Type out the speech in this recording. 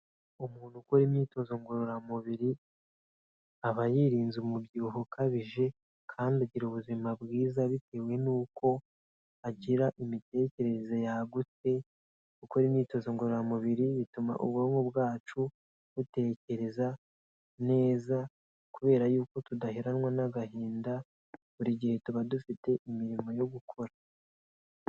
Umuntu ukora imyitozo ngororamubiri, aba yirinze umubyibuho ukabije kandi agira ubuzima bwiza bitewe n'uko agira imitekerereze yagutse. Gukora imyitozo ngororamubiri bituma ubwonko bwacu butekereza neza kubera yuko tudaheranwa n'agahinda, buri gihe tuba dufite imirimo yo gukora.